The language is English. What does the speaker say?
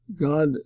God